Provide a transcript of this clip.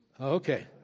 Okay